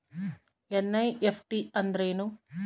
NEFT ಅಂದ್ರೆನು?